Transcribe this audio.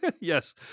Yes